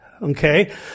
Okay